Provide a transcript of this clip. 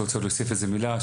מישהו רוצה להוסיף מילה?